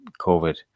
COVID